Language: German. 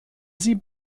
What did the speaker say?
sie